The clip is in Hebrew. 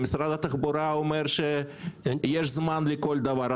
ומשרד החבורה אומר שיש זמן לכל דבר.